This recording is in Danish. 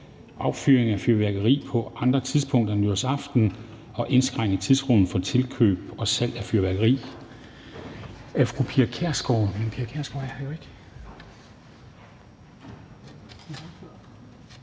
affyring af fyrværkeri på andre tidspunkter end nytårsaften og indskrænke tidsrummet for tilladt køb og salg af fyrværkeri.